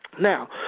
Now